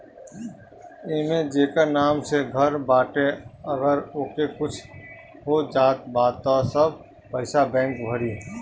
एमे जेकर नाम से घर बाटे अगर ओके कुछ हो जात बा त सब पईसा बैंक भरी